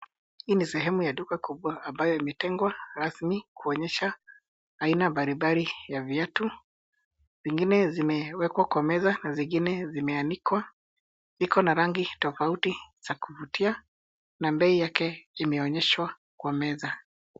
Hii ni sehemu ya duka kubwa ambayo imetengwa rasmi kuonyesha aina mbalimbali ya viatu, vingine zimewekwa kwa meza na zingine vimeanikwa, viko na rangi tofauti za kuvutia na bei yake imeonyeshwa kwa meza.